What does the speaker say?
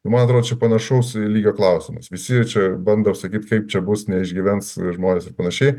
man atrodo čia panašaus lygio klausimas visi čia bando sakyt kaip čia bus neišgyvens žmonės ir panašiai